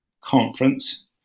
conference